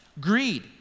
greed